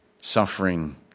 suffering